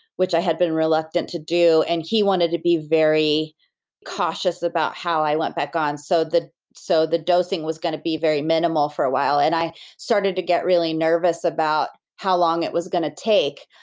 which i had been reluctant to do, and he wanted to be very cautious about how i went back on, so the so the dosing was going to be very minimal for a while and i started to get really nervous about how long it was going to take,